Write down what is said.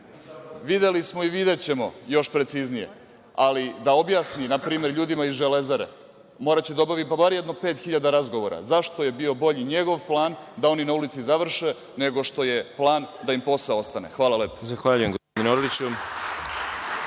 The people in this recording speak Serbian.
videli smo i videćemo, još preciznije, ali da objasnim, npr. ljudima iz „Železare“, moraće da obavi, pa bar jedno 5000 razgovora zašto je bio bolji njegov plan da oni na ulici završe nego što je plan da im posao ostane. Hvala.